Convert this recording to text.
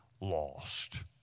lost